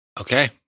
okay